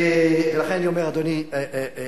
ולכן אני אומר, אדוני היושב-ראש,